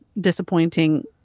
disappointing